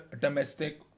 domestic